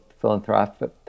philanthropic